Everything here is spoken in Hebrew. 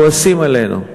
כועסים עלינו.